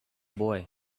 boy